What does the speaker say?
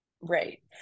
right